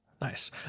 Nice